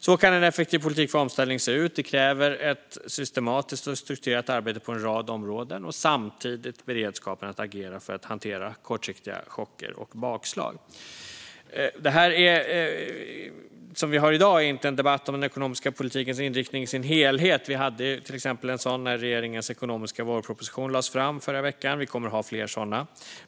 Så kan en effektiv politik för omställning se ut. Det kräver ett systematiskt och strukturerat arbete på en rad områden och samtidigt beredskap att agera för att hantera kortsiktiga chocker och bakslag. Det vi har i dag är inte en debatt om den ekonomiska politikens inriktning i sin helhet. En sådan hade vi till exempel när regeringens ekonomiska vårproposition lades fram i förra veckan. Vi kommer att ha fler sådana.